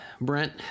Brent